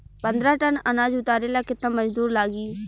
पन्द्रह टन अनाज उतारे ला केतना मजदूर लागी?